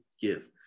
give